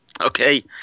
okay